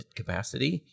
capacity